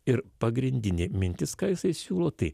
ir pagrindinė mintis ką jisai siūlo tai